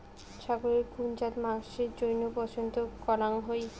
ছাগলের কুন জাত মাংসের জইন্য পছন্দ করাং হই?